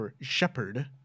Shepherd